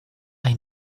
hay